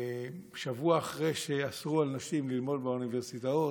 שבוע אחרי שאסרו על נשים ללמוד באוניברסיטאות,